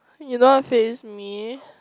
you don't want face me